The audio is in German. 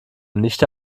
nichte